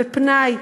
בפנאי,